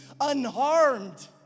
unharmed